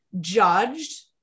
judged